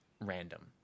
random